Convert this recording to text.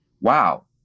wow